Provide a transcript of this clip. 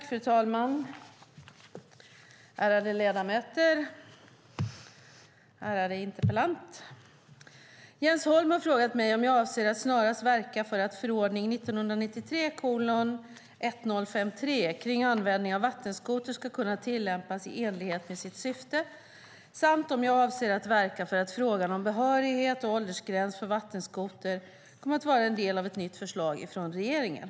Fru talman! Ärade ledamöter! Ärade interpellant! Jens Holm har frågat mig om jag avser att snarast verka för att förordning 1993:1053 om användning av vattenskoter ska kunna tillämpas i enlighet med sitt syfte samt om jag avser att verka för att frågan om behörighet och åldersgräns för vattenskoter kommer att vara en del av ett nytt förslag från regeringen.